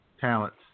talents